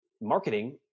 marketing